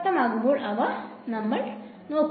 പ്രസക്തമാകുമ്പോൾ നമ്മൾ അവ നോക്കും